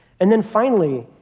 and then finally,